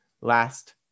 last